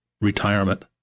retirement